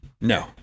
No